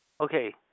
okay